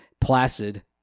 placid